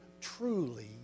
truly